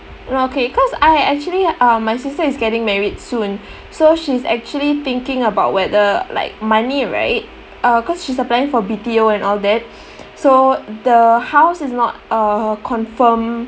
okay cause I actually uh my sister is getting married soon so she's actually thinking about whether like money right uh cause she's applying for B_T_O and all that so the house is not uh confirmed